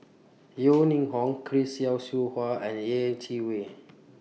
Yeo Ning Hong Chris Yeo Siew Hua and Yeh Chi Wei